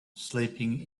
sleeping